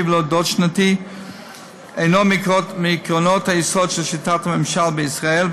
ולא דו-שנתי אינו מעקרונות היסוד של שיטת הממשל בישראל,